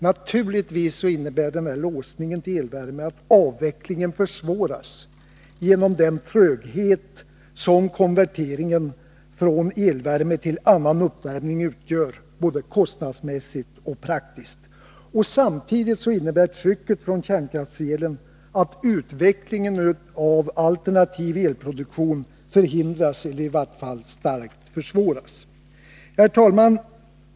Naturligtvis innebär låsningen vid elvärmen att avvecklingen försvåras genom den tröghet som konverteringen från elvärme tillannan uppvärmning utgör, både kostnadsmässigt och praktiskt. Samtidigt innebär trycket från kärnkraftselen att utvecklingen av alternativ elproduktion förhindras eller i vart fall starkt försvåras. Herr talman!